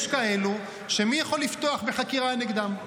יש כאלו שמי יכול לפתוח בחקירה נגדם?